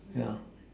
yeah